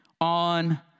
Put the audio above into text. on